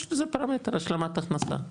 יש בזה פרמטר, השלמת הכנסה.